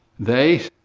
they,